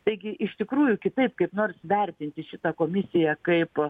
taigi iš tikrųjų kitaip kaip nors vertinti šitą komisiją kaip